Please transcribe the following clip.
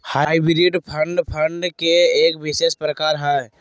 hybrid fund, fund के एक विशेष प्रकार हय